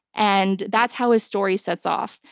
and that's how his story sets off.